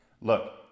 Look